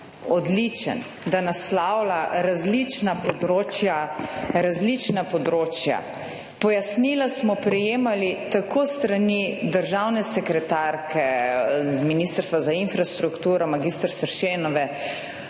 odličen? Da naslavlja različna področja, različna področja. Pojasnila smo prejemali tako s strani državne sekretarke z Ministrstva za infrastrukturo mag. Sršenove.